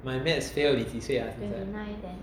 my maths fail 你几岁啊